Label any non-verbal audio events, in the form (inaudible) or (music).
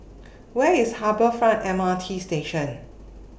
(noise) Where IS Harbour Front M R T Station